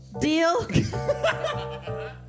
Deal